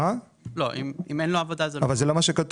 אם אין לו עבודה אז --- אבל זה לא מה שכתוב.